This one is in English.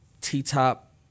T-Top